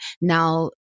now